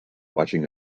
watching